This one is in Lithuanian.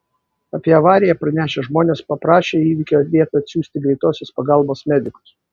apie avariją pranešę žmonės paprašė į įvykio vietą atsiųsti greitosios pagalbos medikus